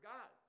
God